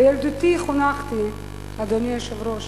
בילדותי חונכתי, אדוני היושב-ראש,